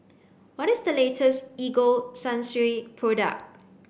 what is the latest Ego product